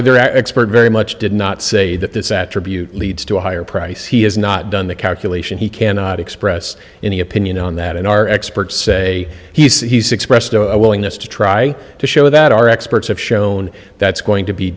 your expert very much did not say that this attribute leads to a higher price he has not done the calculation he cannot express any opinion on that in our experts say he's expressed a willingness to try to show that our experts have shown that's going to be